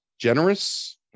generous